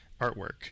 artwork